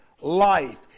life